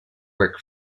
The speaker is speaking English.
work